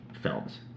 films